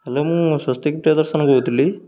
hello ମୁଁ ସ୍ୱସ୍ତିକ ପ୍ରିୟଦର୍ଶନ କହୁଥିଲି